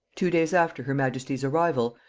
two days after her majesty's arrival,